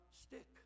stick